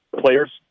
players